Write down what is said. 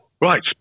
Right